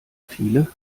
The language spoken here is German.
viele